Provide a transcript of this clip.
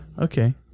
Okay